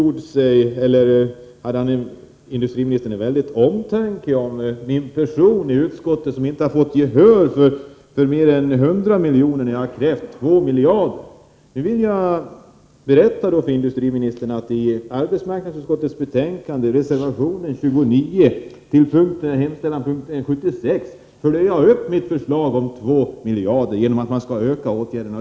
Industriministern visade vidare en väldig omtanke om min person när han pekade på att jag i utskottet inte hade fått gehör för mer än 100 milj.kr. trots att jag hade begärt 2 miljarder. Jag vill berätta för industriministern att jag i reservation 29 till punkt 76 i arbetsmarknadsutskottets hemställan följer upp mitt förslag om ökning av åtgärderna, till en kostnad av 2 miljarder.